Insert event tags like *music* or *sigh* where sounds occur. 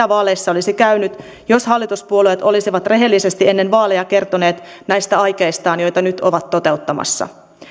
*unintelligible* vaaleissa olisi käynyt jos hallituspuolueet olisivat rehellisesti ennen vaaleja kertoneet näistä aikeistaan joita nyt ovat toteuttamassa